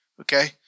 Okay